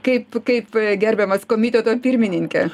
kaip kaip gerbiamas komiteto pirmininke